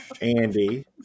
Andy